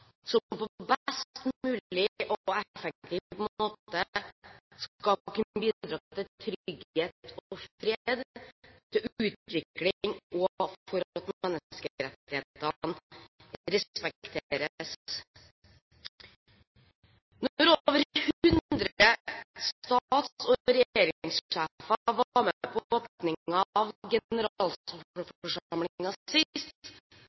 best mulig måte skal kunne bidra til trygghet og fred, til utvikling og til at menneskerettighetene respekteres. Når over 100 stats- og regjeringssjefer var med på åpningen av